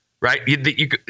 right